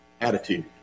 attitude